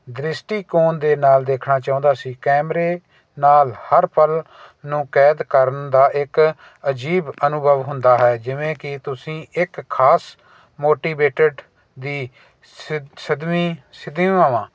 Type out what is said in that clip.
ਦ੍ਰਿਸ਼ਟੀਕੋਣ ਦੇ ਨਾਲ ਦੇਖਣਾ ਚਾਹੁੰਦਾ ਸੀ ਕੈਮਰੇ ਨਾਲ ਹਰ ਪਲ ਨੂੰ ਕੈਦ ਕਰਨ ਦਾ ਇੱਕ ਅਜੀਬ ਅਨੁਭਵ ਹੁੰਦਾ ਹੈ ਜਿਵੇਂ ਕਿ ਤੁਸੀਂ ਇੱਕ ਖ਼ਾਸ ਮੋਟੀਵੇਟਡ ਦੀ ਸਿੱ ਸਿਦਵੀ ਸਿਧਿਆਵਾਵਾਂ